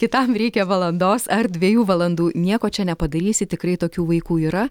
kitam reikia valandos ar dviejų valandų nieko čia nepadarysi tikrai tokių vaikų yra